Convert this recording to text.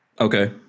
okay